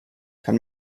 kann